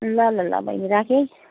ल ल ल बैनी राखेँ है